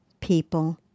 people